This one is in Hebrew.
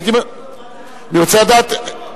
אני רוצה לדעת,